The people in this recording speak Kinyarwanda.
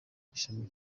ishami